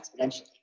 exponentially